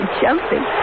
jumping